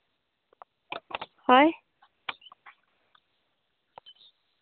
ᱦᱳᱭ